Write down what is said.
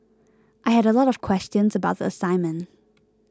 I had a lot of questions about the assignment